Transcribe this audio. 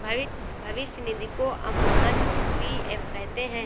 भविष्य निधि को अमूमन पी.एफ कहते हैं